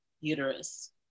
uterus